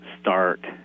start